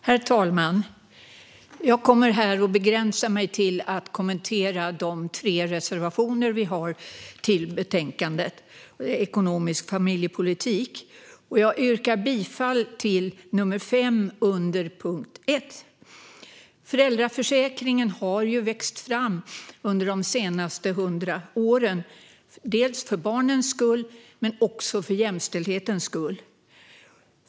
Herr talman! Jag kommer att begränsa mig till att kommentera de tre reservationer vi har i betänkandet Ekonomisk familjepolitik . Jag yrkar bifall till nr 5 under punkt 1. Föräldraförsäkringen har vuxit fram under de senaste 100 åren, dels för barnens skull, dels för jämställdhetens skull.